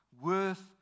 worth